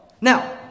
Now